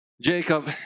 Jacob